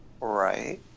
Right